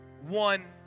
one